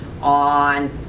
on